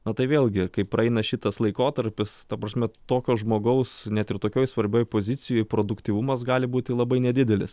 o tai vėlgi kai praeina šitas laikotarpis ta prasme tokio žmogaus net ir tokioj svarbioj pozicijoj produktyvumas gali būti labai nedidelis